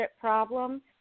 problem